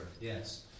yes